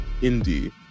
indie